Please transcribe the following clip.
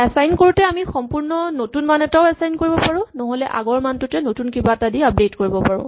assign কৰোতে আমি সম্পূৰ্ণ নতুন মান এটাও এচাইন কৰিব পাৰো নহ'লে আগৰ মানটোতে নতুন কিবা দি আপডেট কৰিব পাৰো